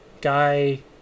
Guy